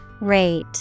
Rate